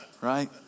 Right